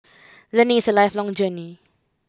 learning is a lifelong journey